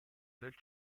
del